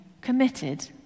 committed